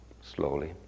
slowly